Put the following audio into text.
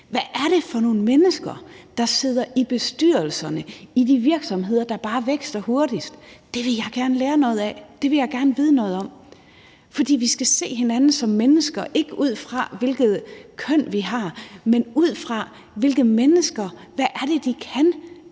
Hvad er det for nogle mennesker, der sidder i bestyrelserne i de virksomheder, der vækster hurtigst? Det vil jeg gerne lære noget af. Det vil jeg gerne vide noget om, for vi skal se hinanden som mennesker – ikke ud fra, hvilke køn vi har, men ud fra, hvilke mennesker vi er, og ud fra,